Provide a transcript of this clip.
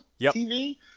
tv